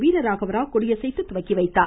வீரராகவராவ் கொடியசைத்து துவக்கி வைத்தார்